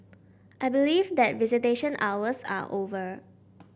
I believe that visitation hours are over